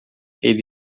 ele